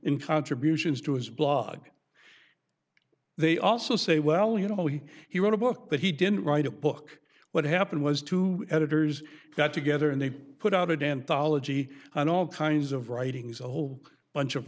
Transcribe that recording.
in contributions to his blog they also say well you know he he wrote a book but he didn't write a book what happened was two editors got together and they put out it and dollar g e and all kinds of writings a whole bunch of